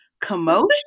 commotion